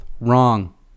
wrong